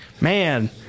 Man